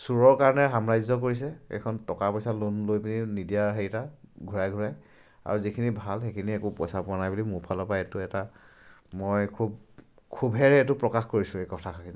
চুৰৰ কাৰণে সাম্ৰাজ্য কৰিছে এইখন টকা পইচা লোন লৈ পিনি নিদিয়া হেৰি এটা ঘূৰাই ঘূৰাই আৰু যিখিনি ভাল সেইখিনি একো পইচা পোৱা নাই বুলি মোৰ ফালৰপৰা এইটো এটা মই খুব ক্ষুভেৰে এইটো প্ৰকাশ কৰিছোঁ এই কথাখিনি